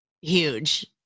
huge